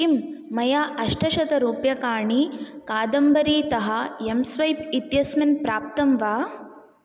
किं मया अष्टशतरूप्यकाणि कादम्बरीतः एं स्वैप् इत्यस्मिन् प्राप्तं वा